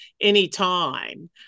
anytime